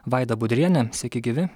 vaida budrienė sveiki gyvi